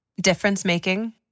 difference-making